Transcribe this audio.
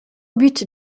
but